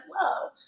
whoa